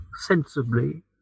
sensibly